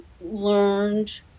learned